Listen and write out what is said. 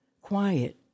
quiet